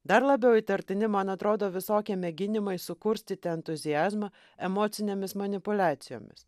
dar labiau įtartini man atrodo visokie mėginimai sukurstyti entuziazmą emocinėmis manipuliacijomis